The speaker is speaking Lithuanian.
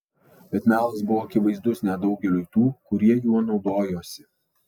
bet melas buvo akivaizdus net daugeliui tų kurie juo naudojosi